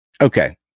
Okay